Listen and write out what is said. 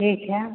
ठीक है